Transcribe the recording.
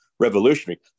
Revolutionary